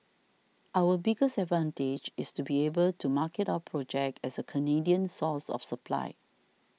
our biggest advantage is to be able to market our project as a Canadian source of supply